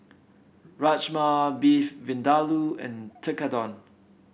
Rajma Beef Vindaloo and Tekkadon